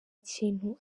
kintu